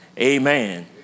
amen